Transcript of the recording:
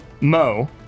Mo